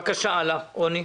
בבקשה הלאה, רוני.